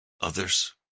others